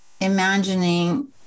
imagining